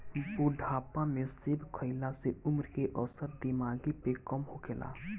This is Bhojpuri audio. बुढ़ापा में सेब खइला से उमर के असर दिमागी पे कम होखेला